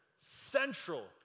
Central